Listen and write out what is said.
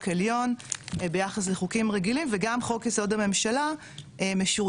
עליון ביחס לחוקים רגילים וגם חוק יסוד הממשלה משוריין,